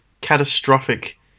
catastrophic